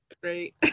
great